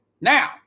Now